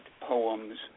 poems